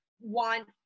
want